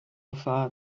far